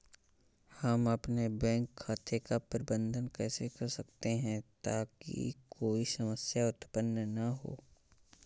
हम अपने बैंक खाते का प्रबंधन कैसे कर सकते हैं ताकि कोई समस्या उत्पन्न न हो?